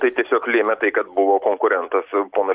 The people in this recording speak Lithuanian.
tai tiesiog lėmė tai kad buvo konkurentas ponas